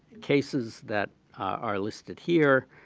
cases that are listed here